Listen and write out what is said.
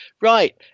Right